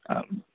ஆ